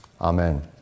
Amen